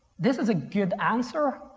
this is a good answer.